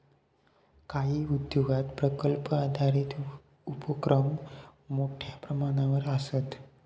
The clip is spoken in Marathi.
काही उद्योगांत प्रकल्प आधारित उपोक्रम मोठ्यो प्रमाणावर आसता